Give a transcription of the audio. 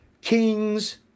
kings